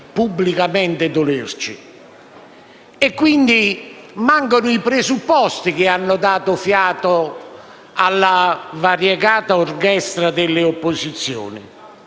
pubblicamente dolerci. Mancano quindi i presupposti che hanno dato fiato alla variegata orchestra delle opposizioni.